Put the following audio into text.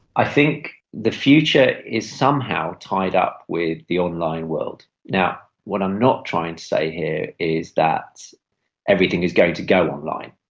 i think the future is somehow tied up with the online world. what i'm not trying to say here is that everything is going to go online.